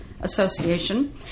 Association